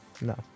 No